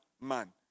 man